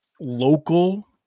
local